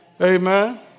Amen